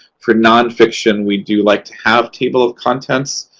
for nonfiction, we do like to have table of contents,